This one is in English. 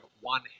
one